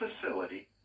facility